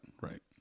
right